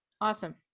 awesome